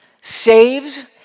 saves